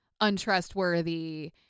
untrustworthy